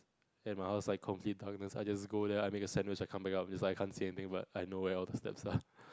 ya my house is like in complete darkness I just go there I make a sandwich I come back up it's like I can't see anything but I know where all the steps are